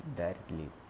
directly